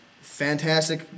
Fantastic